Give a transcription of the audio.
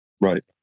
Right